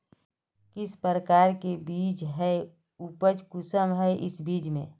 किस प्रकार के बीज है उपज कुंसम है इस बीज में?